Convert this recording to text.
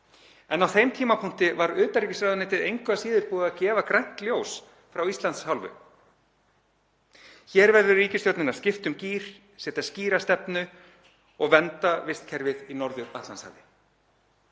en á þeim tímapunkti var utanríkisráðuneytið engu að síður búið að gefa grænt ljós frá Íslands hálfu. Hér verður ríkisstjórnin að skipta um gír, setja skýra stefnu og vernda vistkerfið í Norður-Atlantshafi.